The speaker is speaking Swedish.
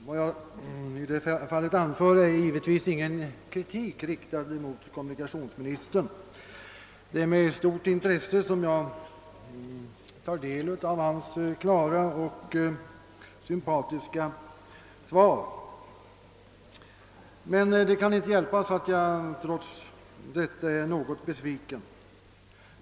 Vad jag nu anför innebär givetvis ingen kritik mot kommunikationsministern. Det är med stort intresse som jag tar del av hans klara och sympatiska svar. Men det kan inte hjälpas att jag trots detta är litet besviken.